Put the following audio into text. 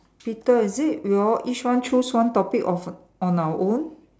Peter is it we all each one choose one topic of on our own